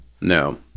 No